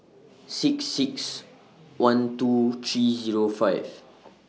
six six one two three Zero five